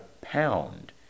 pound